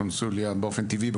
באופן טבעי,